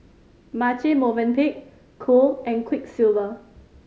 Marche Movenpick Cool and Quiksilver